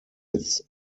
its